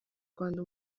rwanda